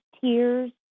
tears